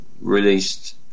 released